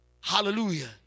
Hallelujah